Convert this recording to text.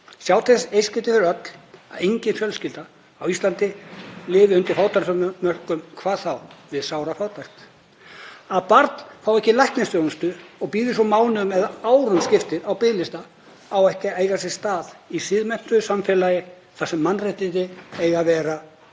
í eitt skipti fyrir öll að engin fjölskylda á Íslandi lifi undir fátæktarmörkum, hvað þá við sárafátækt. Að barn fái ekki læknisþjónustu og bíði svo mánuðum eða árum skiptir á biðlista á ekki að eiga sér stað í siðmenntuðu samfélagi þar sem mannréttindi eiga að vera